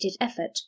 effort